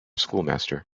schoolmaster